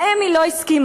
להם היא לא הסכימה.